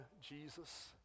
Jesus